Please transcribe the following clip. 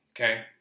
okay